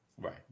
Right